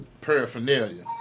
paraphernalia